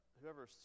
whoever